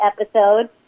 episode